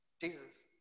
Jesus